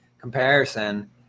comparison